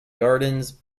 gardens